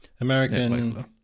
american